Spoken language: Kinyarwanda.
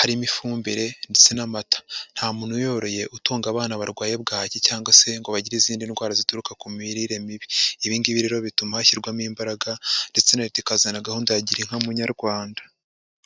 harimo ifumbire ndetse n'amata. Nta muntu uyoroye utunga abana barwaye bwaki cyangwa se ngo bagire izindi ndwara zituruka ku mirire mibi. Ibi ngibi rero bituma hashyirwamo imbaraga ndetse na leta ikazana gahunda ya Girinka Munyarwanda.